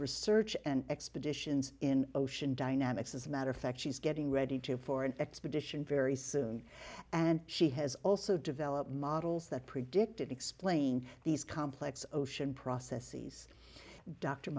research and expeditions in ocean dynamics as matter of fact she's getting ready to for an expedition very soon and she has also developed models that predict and explain these complex ocean processes dr